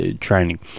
Training